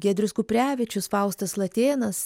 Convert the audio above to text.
giedrius kuprevičius faustas latėnas